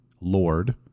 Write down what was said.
lord